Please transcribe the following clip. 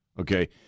Okay